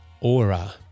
Aura